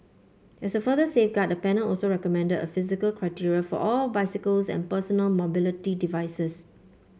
as a further safeguard the panel also recommended a physical criteria for all bicycles and personal mobility devices